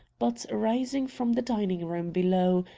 but rising from the dining-room below,